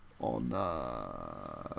on